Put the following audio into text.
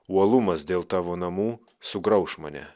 uolumas dėl tavo namų sugrauš mane